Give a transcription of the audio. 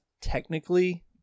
technically